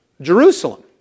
Jerusalem